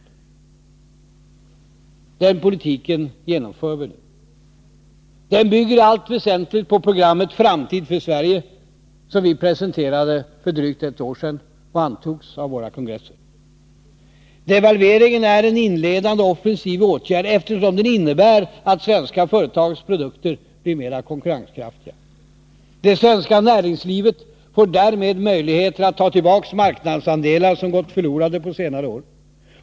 Det är en sådan politik som vi nu genomför. Den bygger i allt väsentligt på programmet Framtid för Sverige, som vi presenterade för drygt ett år sedan och som antogs av våra kongresser. Devalveringen är en inledande offensiv åtgärd, eftersom den innebär att svenska företags produkter blir mera konkurrenskraftiga. Det svenska näringslivet får därmed möjligheter att ta tillbaka marknadsandelar som gått förlorade på senare år.